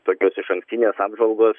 tokios išankstinės apžvalgos